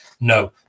No